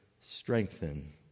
strengthen